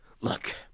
Look